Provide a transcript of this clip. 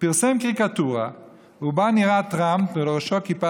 פרסם קריקטורה ובה נראה טראמפ ולראשו כיפה